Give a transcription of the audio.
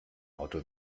auto